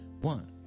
One